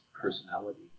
personality